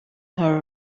her